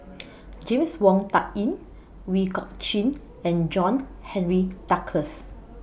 James Wong Tuck Yim Ooi Kok Chuen and John Henry Duclos